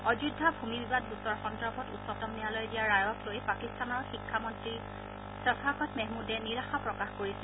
অযোধ্যা ভূমি বিবাদ গোচৰ সন্দৰ্ভত উচ্চতম ন্যায়ালয়ে দিয়া ৰায়ক লৈ পাকিস্তানৰ শিক্ষামন্ত্ৰী খফাকট মেহমূদে নিৰাশা প্ৰকাশ কৰিছিল